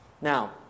Now